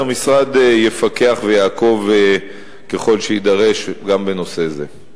המשרד יפקח ויעקוב ככל שיידרש גם בנושא זה.